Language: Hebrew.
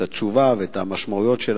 את התשובה ואת המשמעויות שלה.